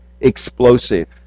explosive